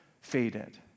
faded